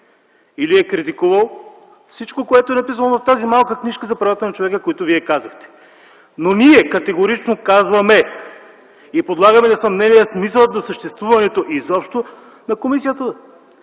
или е критикувал всичко, което е написано в тази малка книжка за правата на човека, което Вие казахте. Но ние категорично казваме и подлагаме на съмнение смисъла на съществуването изобщо на комисията,